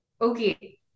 okay